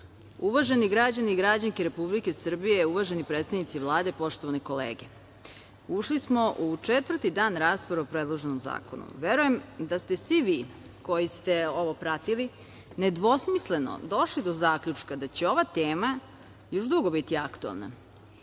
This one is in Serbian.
građani i građanske Republike Srbije, uvaženi predstavnici Vlade, poštovane kolege, ušli smo u četvrti dan rasprave o predloženom zakonu. Verujem da ste svi vi koji ste ovo pratili nedvosmisleno došli do zaključka da će ova tema još dugo biti aktuelna. Želim